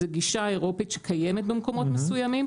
זו גישה אירופית שקיימת במקומות מסוימים,